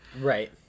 Right